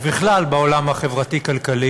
ובכלל בעולם החברתי-כלכלי,